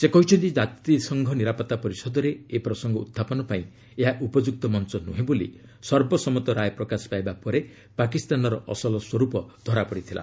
ସେ କହିଛନ୍ତି ଜାତିସଂଘ ନିରାପତ୍ତା ପରିଷଦରେ ଏ ପ୍ରସଙ୍ଗ ଉହ୍ତାପନ ପାଇଁ ଏହା ଉପଯୁକ୍ତ ମଞ୍ଚ ନୁହେଁ ବୋଲି ସର୍ବସମ୍ମତ ରାୟ ପ୍ରକାଶ ପାଇବା ପରେ ପାକିସ୍ତାନର ଅସଲ ସ୍ୱରୂପ ଧରା ପଡ଼ିଥିଲା